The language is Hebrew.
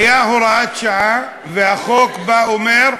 הייתה הוראת שעה, והחוק בא ואומר: